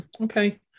Okay